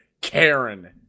Karen